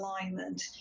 alignment